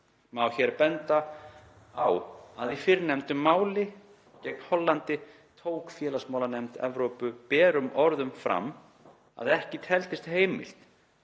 Má hér benda á að í fyrrgreindu máli gegn Hollandi tók félagsmálanefnd Evrópu berum orðum fram að ekki teldist heimilt